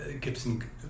Gibson